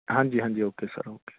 ਹਾਂਜੀ ਹਾਂਜੀ okay sir okay